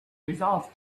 resolved